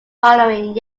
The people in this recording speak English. following